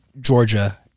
Georgia